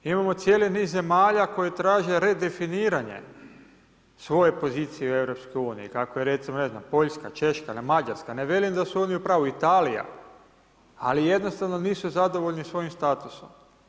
Imamo cijeli niz zemalja koje traže redefiniranje svoje pozicije u EU, kako je recimo ne znam Poljska, Češka, Mađarska, ne velim da su oni u pravu, Italija, ali jednostavno nisu zadovoljni svojim statusom.